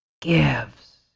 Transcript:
gives